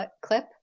clip